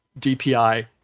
DPI